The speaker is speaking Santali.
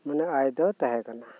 ᱢᱟᱱᱮ ᱟᱭ ᱫᱚ ᱛᱟᱦᱮᱸ ᱠᱟᱱᱟ